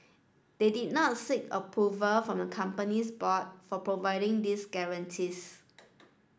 they did not seek approval from the company's board for providing these guarantees